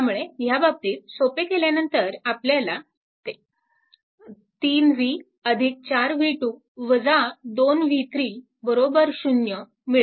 त्यामुळे ह्या बाबतीत सोपे केल्यानंतर आपल्याला 3 v 4 v2 2 v3 0 मिळते